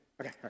Okay